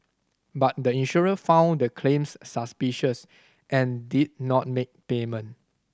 but the insurer found the claims suspicious and did not make payment